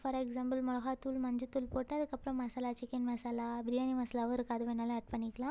for example மிளகா தூள் மஞ்சள்தூள் போட்டு அதுக்கப்புறம் மசாலா சிக்கன் மசாலா பிரியாணி மசாலாவும் இருக்குது அது வேணாலும் ஆட் பண்ணிக்கலாம்